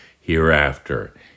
hereafter